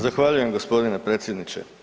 Zahvaljujem gospodine predsjedniče.